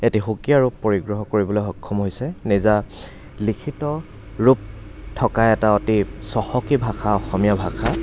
এটি সুকীয়া ৰূপ পৰিগ্ৰহ কৰিবলৈ সক্ষম হৈছে নিজা লিখিত ৰূপ থকা এটা অতি চহকী ভাষা অসমীয়া ভাষা